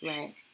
Right